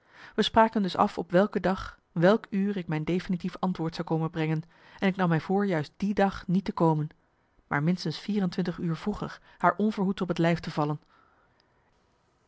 we spraken dus af op welke dag welk uur ik mijn marcellus emants een nagelaten bekentenis definitief antwoord zou komen brengen en ik nam mij voor juist die dag niet te komen maar minstens vier en twintig uur vroeger haar onverhoeds op het lijf te vallen